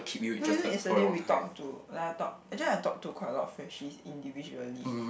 no you know yesterday we talk to like I talk actually I talk to quite a lot of friend she's individually